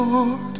Lord